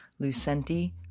Lucenti